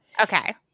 okay